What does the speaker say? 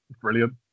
Brilliant